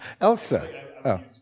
Elsa